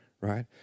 right